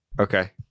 Okay